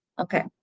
Okay